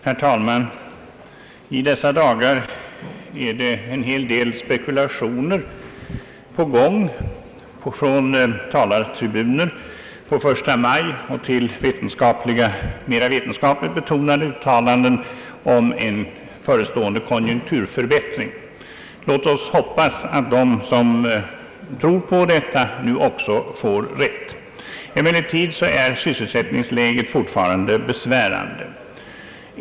Herr talman! I dessa dagar förekommer en hel del spekulationer från olika talartribuner, från förstamajtal till mera vetenskapligt betonade uttalanden, om en förestående konjunkturförbättring. Låt oss hoppas att de som tror på dessa uttalanden också får rätt. Emellertid är sysselsättningsläget fortfarande besvärande.